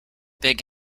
big